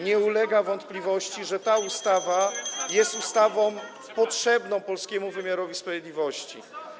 nie ulega wątpliwości, że ta ustawa [[Gwar na sali, dzwonek]] jest ustawą potrzebną polskiemu wymiarowi sprawiedliwości.